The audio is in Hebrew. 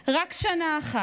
רק שנה אחת,